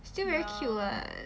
still very cute [what]